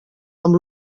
amb